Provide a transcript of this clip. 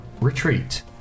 retreat